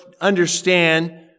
understand